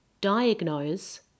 diagnose